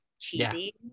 cheesy